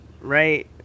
right